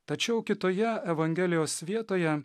tačiau kitoje evangelijos vietoje